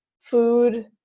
food